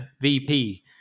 vp